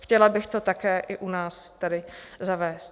Chtěla bych to také i u nás tady zavést.